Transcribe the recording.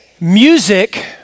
Music